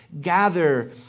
Gather